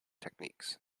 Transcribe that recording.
techniques